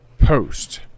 post